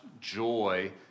joy